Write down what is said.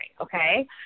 Okay